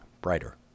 brighter